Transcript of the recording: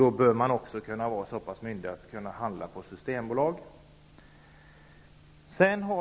Då bör man också vara så pass myndig att man kan handla på Systembolaget.